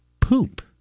poop